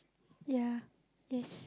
ya